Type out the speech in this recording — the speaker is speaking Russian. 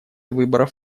выборов